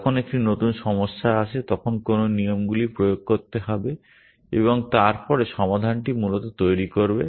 যখন একটি নতুন সমস্যা আসে তখন কোন নিয়মগুলি প্রয়োগ করতে হবে এবং তারপরে সমাধানটি মূলত তৈরি করবে